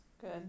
Good